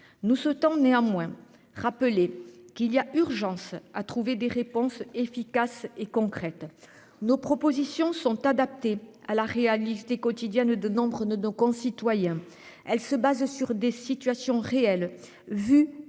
Nous ce temps néanmoins rappeler qu'il y a urgence à trouver des réponses efficaces et concrètes. Nos propositions sont adaptés à la réalité quotidienne de nombreux notre de nos concitoyens. Elle se base sur des situations réelles vu et entendu